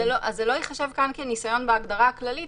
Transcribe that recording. לא ייחשב כאן כניסיון בהגדרה הכללית,